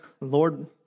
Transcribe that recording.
Lord